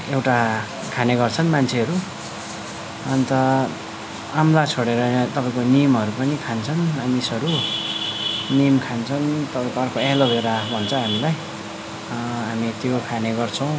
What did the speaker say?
एउटा खाने गर्छन् मान्छेहरू अन्त अमला छोडेर तपाईँको निमहरू पनि खान्छन् मानिसहरू निम खान्छन् र अर्को एलोभेरा भन्छ हामीलाई हामी त्यो खाने गर्छौँ